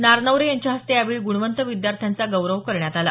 नारनवरे यांच्या हस्ते यावेळी ग्णवंत विद्यार्थांचा गौरव करण्यात आला